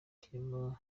birimo